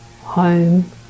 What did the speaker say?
home